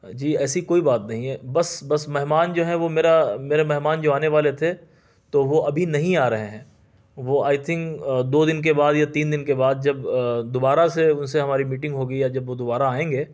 جی ایسی کوئی بات نہیں ہے بس بس مہمان جو ہیں وہ میرا میرے مہمان جو آنے والے تھے تو وہ ابھی نہیں آ رہے ہیں وہ آئی تھنک دو دن کے بعد یا تین دن کے بعد جب دوبارہ سے ان سے ہماری میٹنگ ہوگی یا جب وہ دوبارہ آئیں گے